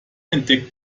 entdeckt